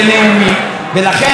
אם אידרש לכך,